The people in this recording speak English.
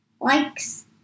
Likes